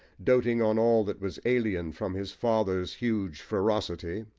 doting on all that was alien from his father's huge ferocity,